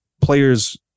players